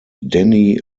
denny